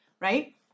Right